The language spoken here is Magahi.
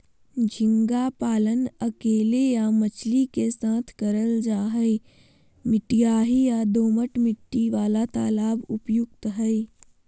झींगा पालन अकेले या मछली के साथ करल जा हई, मटियाही या दोमट मिट्टी वाला तालाब उपयुक्त हई